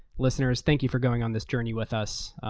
listeners, thank you for going on this journey with us.